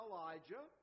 Elijah